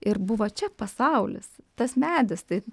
ir buvo čia pasaulis tas medis tai